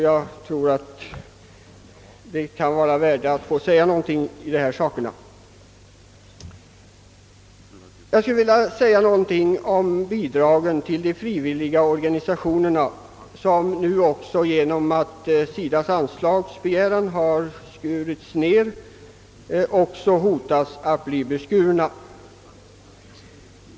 Jag skulle emellertid vilja fortsätta med att säga något om bidragen till de frivilliga organisationerna, vilka bidrag nu då SIDA:s anslagsbegäran skurits ned, hotar att bli väsentligt mindre.